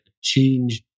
change